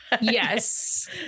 Yes